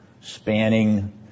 spanning